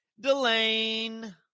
Delane